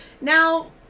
Now